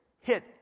hit